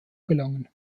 gelangen